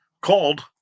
called